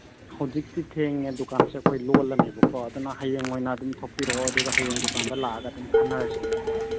ꯍꯧꯖꯤꯛꯇꯤ ꯊꯦꯡꯉꯦ ꯗꯨꯀꯥꯟꯁꯦ ꯑꯩꯈꯣꯏ ꯂꯣꯜꯂꯅꯦꯕꯀꯣ ꯑꯗꯨꯅ ꯍꯌꯦꯡ ꯑꯣꯏꯅ ꯑꯗꯨꯝ ꯊꯣꯛꯄꯤꯔꯛꯑꯣ ꯑꯗꯨꯒ ꯍꯌꯦꯡ ꯗꯨꯀꯥꯟꯗ ꯂꯥꯛꯑꯒ ꯑꯗꯨꯝ ꯈꯟꯅꯔꯁꯤ ꯑꯗꯨꯗꯤ